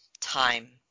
Time